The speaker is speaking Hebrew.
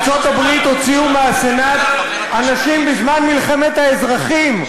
בארצות-הברית הוציאו מהסנאט אנשים בזמן מלחמת האזרחים.